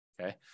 Okay